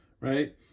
right